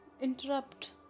interrupt